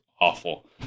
awful